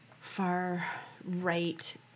far-right